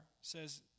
says